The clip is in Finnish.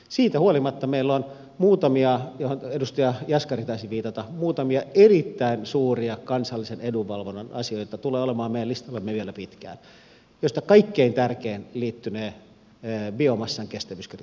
siitä huolimatta meillä on muutamia erittäin suuria kansallisen edunvalvonnan asioita joihin edustaja jaskari taisi viitata jotka tulevat olemaan meidän listallamme vielä pitkään ja joista kaikkein tärkein liittynee biomassan kestävyyskriteereihin